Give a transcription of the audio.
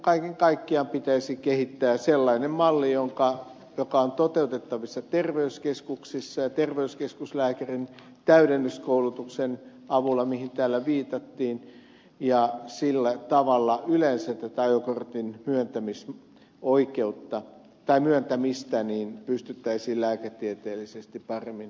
kaiken kaikkiaan pitäisi kehittää sellainen malli joka on toteutettavissa terveyskeskuksissa ja terveyskeskuslääkärin täydennyskoulutuksen avulla mihin täällä viitattiin ja sillä tavalla pystyttäisiin yleensä ajokortin myöntämisen perään lääketieteellisesti paremmin katsomaan